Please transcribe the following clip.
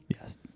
Yes